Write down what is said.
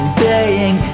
baying